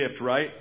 right